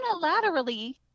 unilaterally